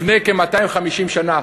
לפני כ-250 שנה,